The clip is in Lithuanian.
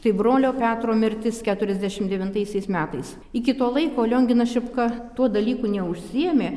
tai brolio petro mirtis keturiasdešim devintaisiais metais iki to laiko lionginas šepka tuo dalyku neužsiėmė